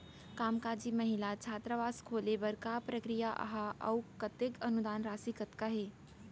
कामकाजी महिला छात्रावास खोले बर का प्रक्रिया ह अऊ कतेक अनुदान राशि कतका हे?